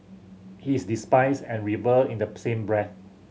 he is despised and revered in the same breath